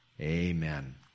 Amen